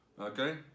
okay